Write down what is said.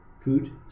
food